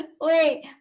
Wait